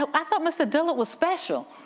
ah i thought mr. dillert was special.